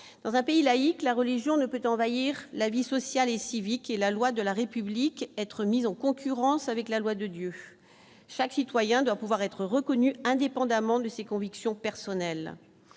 dans un pays laïc, la religion ne peut envahir la vie sociale et civique et la loi de la République, être mis en concurrence avec la loi de Dieu, chaque citoyen doit pouvoir être reconnu, indépendamment de ses convictions personnelles,